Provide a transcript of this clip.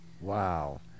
Wow